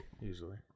Usually